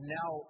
now